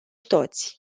toți